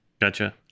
gotcha